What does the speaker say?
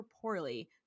poorly